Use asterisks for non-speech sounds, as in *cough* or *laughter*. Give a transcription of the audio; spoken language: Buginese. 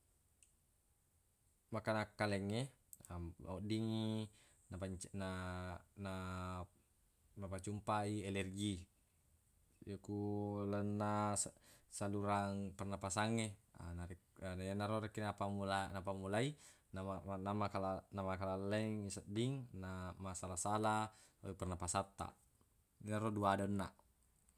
*hesitation* makanan kalengnge na weddingngi napanca- na- napacumpa i elergi yakku lalenna se- salurang pernapasangnge na narek- na yenaro rekeng napammula- napammulai namaka- namakalaleng isedding na masala- sala pernapasattaq yero dua de onnaq